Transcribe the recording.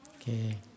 Okay